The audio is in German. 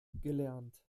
gelernt